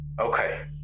Okay